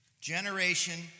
Generation